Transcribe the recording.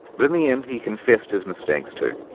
but in the end he confessed his mistakes, too.